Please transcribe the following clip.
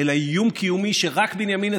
אלא איום קיומי שרק בנימין נתניהו,